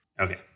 Okay